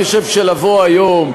אני חושב שלבוא היום,